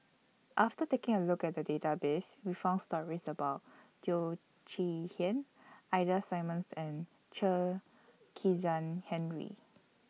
after taking A Look At The Database We found stories about Teo Chee Hean Ida Simmons and Chen Kezhan Henri